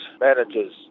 managers